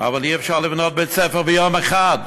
אבל אי-אפשר לבנות בית-ספר ביום אחד.